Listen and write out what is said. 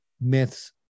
myths